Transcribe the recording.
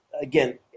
again